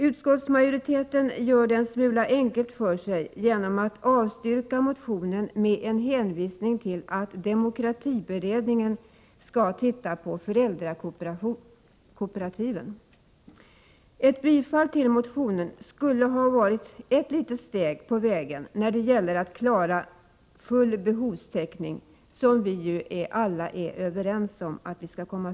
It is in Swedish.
Utskottsmajoriteten gör det en smula enkelt för sig genom att avstyrka motionen med en hänvisning till att demokratiberedningen skall se över föräldrakooperativen. Ett bifall till motionen skulle ha varit ett litet steg på vägen när det gäller att klara full behovstäckning, något som vi alla är överens om att uppnå.